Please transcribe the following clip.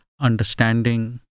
understanding